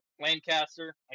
Lancaster